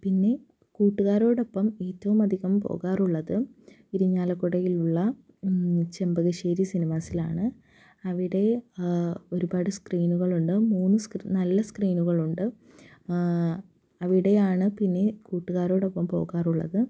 പിന്നെ കൂട്ടുകാരോടൊപ്പം ഏറ്റവും അധികം പോകാറുള്ളത് ഇരിങ്ങാലക്കുടയിലുള്ള ചെമ്പകശ്ശേരി സിനിമാസിലാണ് അവിടെ ഒരുപാട് സ്ക്രീനുകൾ ഉണ്ട് മൂന്ന് നല്ല സ്ക്രീനുകൾ ഉണ്ട് അവിടെയാണ് പിന്നെ കൂട്ടുകാരോടൊപ്പം പോകാറുള്ളത്